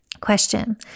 Question